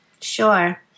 Sure